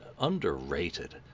underrated